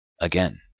Again